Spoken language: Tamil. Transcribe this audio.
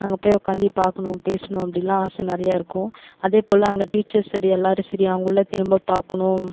அங்கே போயி உக்காந்து பார்க்கணும் பேசணும் அப்டின்லாம் ஆசை நிறையாருக்கும் அதேபோல் அங்கே டீச்சர்ஸ் சரி எல்லோரும் சரி அவங்களை திரும்ப பாக்கணும்